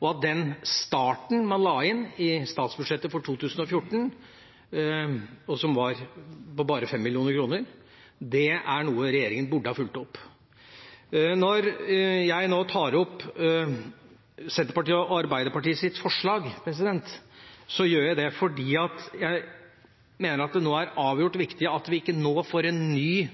og at den starten man la inn i statsbudsjettet for 2014, og som var på bare 5 mill. kr, er noe regjeringa burde ha fulgt opp. Når jeg nå tar opp Senterpartiets og Arbeiderpartiets forslag, gjør jeg det fordi jeg mener det er avgjørende viktig at vi ikke får en ny